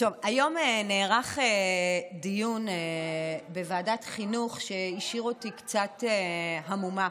היום נערך דיון בוועדת חינוך שהשאיר אותי קצת המומה,